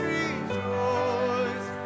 rejoice